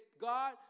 God